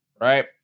right